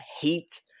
hate